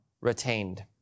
retained